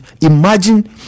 imagine